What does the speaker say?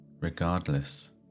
regardless